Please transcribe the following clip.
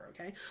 okay